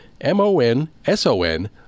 M-O-N-S-O-N